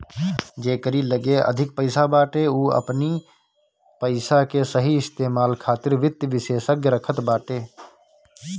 जेकरी लगे अधिक पईसा बाटे उ अपनी पईसा के सही इस्तेमाल खातिर वित्त विशेषज्ञ रखत बाटे